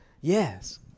Yes